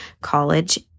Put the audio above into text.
college